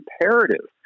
imperative